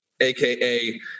aka